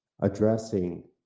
addressing